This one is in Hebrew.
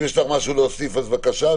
אם יש לך משהו להוסיף, בבקשה.